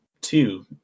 two